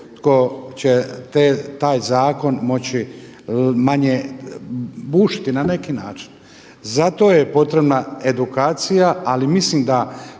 tko će taj zakon moći manje bušiti na neki način. Zato je potrebna edukacija, ali mislim da